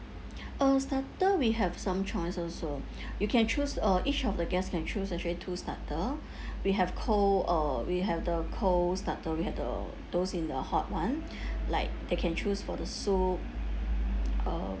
uh starter we have some choice also you can choose uh each of the guest can choose actually two starter we have cold uh we have the cold starter we have the those in the hot one like they can choose for the soup uh